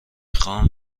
خوام